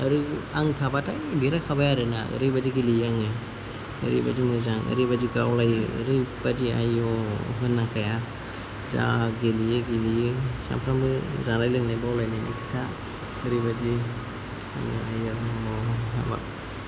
आरो आं थाबाथाय देरहाखाबाय आरोना ओरैबायदि गेलेयो आङो ओरैबादि मोजां ओरैबादि गावलायो ओरैबादि आयु होननांखाया जा गेलेयो गेलेयो सामफ्रामबो जानाय लोंनाय बावलाय लायनाय ओरैबादि